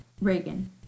Reagan